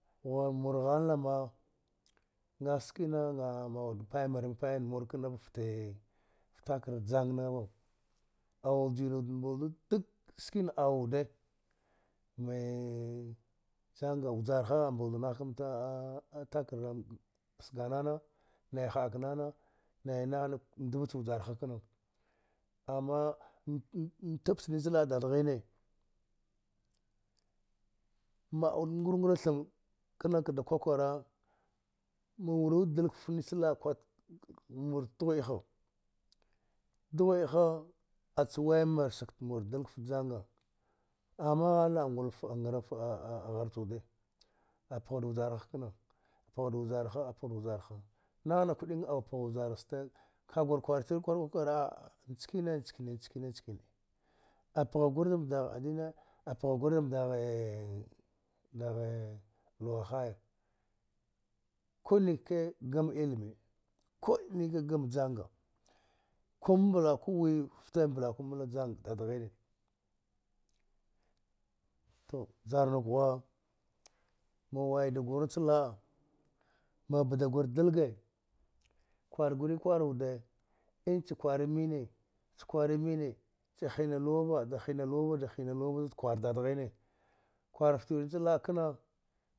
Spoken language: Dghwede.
Mur niul ghalna ma ngaskina ma awud pai mur ni payan mul kna ftee jang na va awujil wud mbal du dak skina au wude mee janga wyjarha ambal dv nah kamta a takar ndam sga nana naiha akna nan ai nati na mtab chinch l’a dad ghine ma aud ngura ngula tham kna kda kwa kwara ma wuruɗ daaig murch dghwia ha ɗghwia ha a cha wai murt sag ta mul daig fta janga ama ghaina pgha wuɗ bjarha kna pgha wud vjarha a pgha wud wajaraha natin a kuɗin au pagh wujar ste ka gur kwal tri kwar kwa kwara nchine nchine nchkine-nchikin apgha gur dam gagh adine apgha gur dam daghe daghe luwahaya ku nike gam ilme ku’a nike gam janga kumblaku jang dad ghine tu vjarnuk ghwa ma waidu gur nach la’a mabda gur dalge kwal gure kwar wude isha kwari mine-cha kwari mine wifte mblaku mbla cha hina luwava da hina luwava da hina luwava zud kwan dad ghine kwar fta wiwud nacti la’a kna